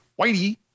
Whitey